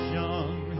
young